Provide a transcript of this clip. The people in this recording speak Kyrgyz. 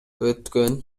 өткөн